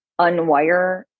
unwire